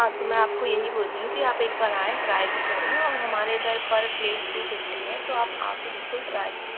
हाँ तो मैं आपको यही बोल रही हूँ कि आप एक बार आएं ट्राई भी करें और हमारे इधर पर प्लेट टू फिफ्टी है तो आप आ कर बिल्कुल ट्राई करें